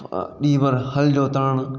ॾींहुं भर हल जोतणु